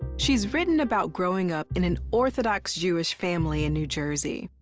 she's written about growing up in an orthodox jewish family in new jersey,